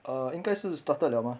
err 应该是 started 了 mah